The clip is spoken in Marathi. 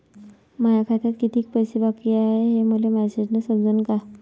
माया खात्यात कितीक पैसे बाकी हाय हे मले मॅसेजन समजनं का?